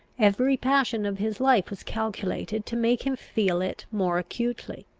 every passion of his life was calculated to make him feel it more acutely.